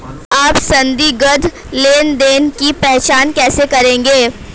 आप संदिग्ध लेनदेन की पहचान कैसे करेंगे?